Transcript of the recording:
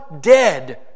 dead